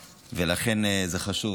לכן, זה חשוב.